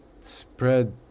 spread